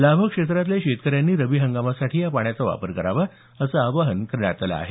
लाभक्षेत्रातल्या शेतकऱ्यांनी रब्बी हंगामासाठी या पाण्याचा वापर करावा असं आवाहन करण्यात आलं आहे